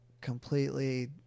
completely